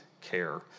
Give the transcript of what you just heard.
care